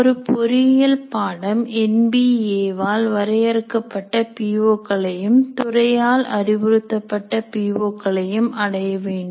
ஒரு பொறியியல் பாடம் என் பி ஏ வால் வரையறுக்கப்பட்ட பி ஓ களையும் துறையால் அறிவுறுத்தப்பட்ட பி ஓ களையும் அடைய வேண்டும்